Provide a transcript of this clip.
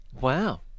wow